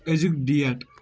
أزیُک ڈیٹ